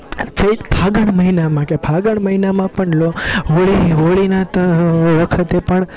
જે ફાગણ મહિનામાં કે ફાગણ મહિનામાં પણ હોળી હોળીના ત વખતે પણ